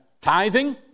tithing